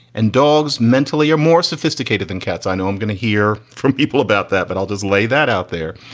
and dogs mentally are more sophisticated than cats. i know i'm gonna hear from people about that. but i'll just lay that out there.